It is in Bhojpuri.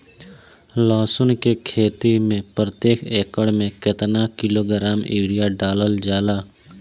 लहसुन के खेती में प्रतेक एकड़ में केतना किलोग्राम यूरिया डालल जाला?